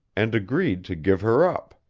and agreed to give her up.